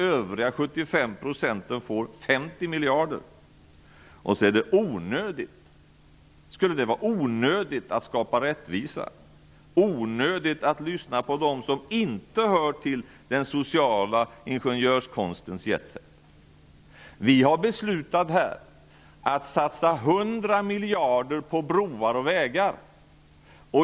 Övriga Det sägs att reformen är onödig. Skulle det vara onödigt att skapa rättvisa? Skulle det vara onödigt att lyssna på dem som inte hör till den sociala ingenjörskonstens jetset? Vi har beslutat att satsa 100 miljarder på broar och vägar.